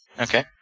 Okay